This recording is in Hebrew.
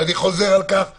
ואני חוזר על כך שוב.